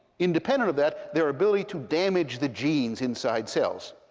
independent of that, their ability to damage the genes inside cells.